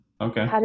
Okay